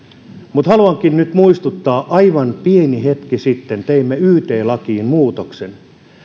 mutta haluankin nyt muistuttaa että aivan pieni hetki sitten teimme yt lakiin muutoksen